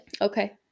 Okay